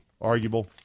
arguable